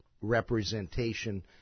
representation